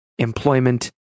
Employment